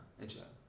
interesting